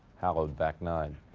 hallowed back nine.